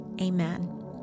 Amen